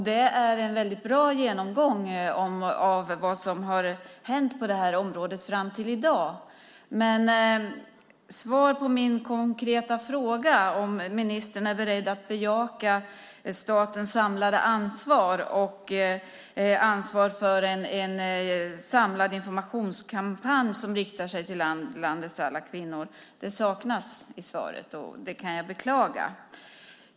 Det är en väldigt bra genomgång av vad som har hänt på det här området fram till i dag, men svar saknas på min konkreta fråga om ministern är beredd att bejaka statens samlade ansvar och ansvaret för en samlad informationskampanj till landets alla kvinnor. Det saknas, och det kan jag beklaga.